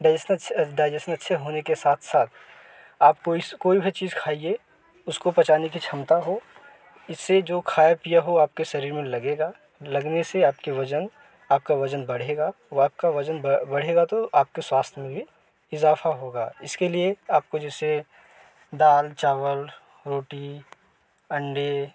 digestion अच्छे digestion अच्छे होने के साथ साथ आप कोई भी चीज खाईये उसको पचाने की क्षमता हो इससे जो खाया पिया हो आपके शरीर में लगेगा लगने से आपका वजन आपका वजन बढ़ेगा वो आपका वजन बढ़ेगा तो आपके स्वास्थ्य में भी इजाफा होगा इसके लिए आपको जैसे दाल चावल रोटी अंडे